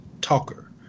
talker